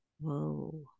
Whoa